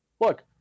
Look